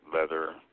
leather